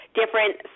different